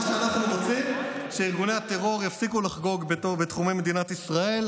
מה שאנחנו רוצים הוא שארגוני הטרור יפסיקו לחגוג בתחומי מדינת ישראל,